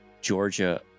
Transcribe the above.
Georgia